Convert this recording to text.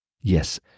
Yes